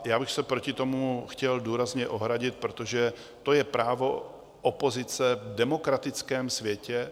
Já bych se proti tomu chtěl důrazně ohradit, protože to je právo opozice v demokratickém světě.